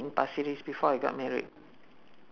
kita ada lagi lima minit okay